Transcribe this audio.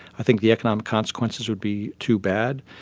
i think the economic consequences would be too bad.